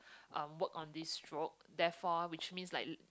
um work on this stroke therefore which means like